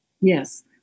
Yes